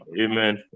amen